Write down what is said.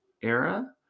era